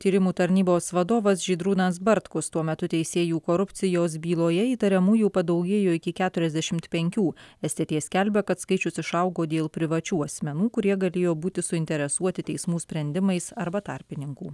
tyrimų tarnybos vadovas žydrūnas bartkus tuo metu teisėjų korupcijos byloje įtariamųjų padaugėjo iki keturiasdešimt penkių stt skelbia kad skaičius išaugo dėl privačių asmenų kurie galėjo būti suinteresuoti teismų sprendimais arba tarpininkų